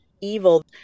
evil